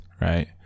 right